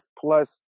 plus